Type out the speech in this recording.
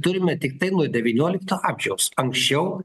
turime tiktai nuo devyniolikto amžiaus anksčiau